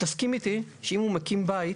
תסכים איתי שאם הוא מקים בית